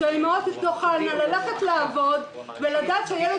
שהאימהות תוכלנה לצאת לעבוד ולדעת שהילד